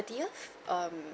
thirtieth um